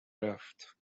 رفت